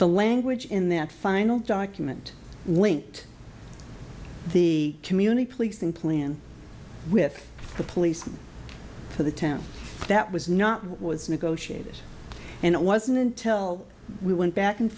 the language in that final document linked the community policing plan with the police for the town that was not what was negotiated and it wasn't until we went back and